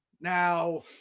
Now